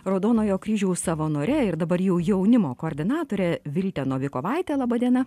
raudonojo kryžiaus savanore ir dabar jau jaunimo koordinatore vilte novikovaite laba diena